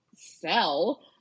sell